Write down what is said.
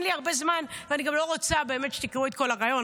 אין לי הרבה זמן ואני גם לא רוצה באמת שתקראו את כל הריאיון,